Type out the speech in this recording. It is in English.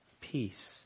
peace